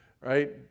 Right